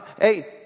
hey